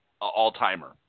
all-timer